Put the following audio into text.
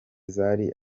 zari